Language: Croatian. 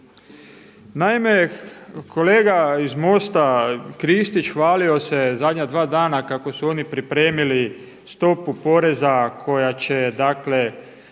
Naime, kolega iz MOST-a Kristić hvalio se zadnja dva dana kako su oni pripremili stopu poreza koja će